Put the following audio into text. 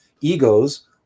egos